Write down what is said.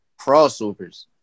crossovers